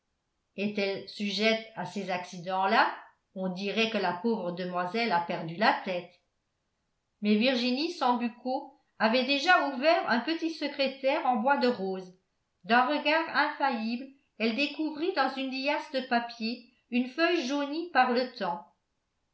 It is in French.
est-elle sujette à ces accidents là on dirait que la pauvre demoiselle a perdu la tête mais virginie sambucco avait déjà ouvert un petit secrétaire en bois de rose d'un regard infaillible elle découvrit dans une liasse de papiers une feuille jaunie par le temps